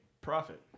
profit